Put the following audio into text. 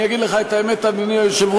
אני אגיד לך את האמת, אדוני היושב-ראש,